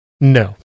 no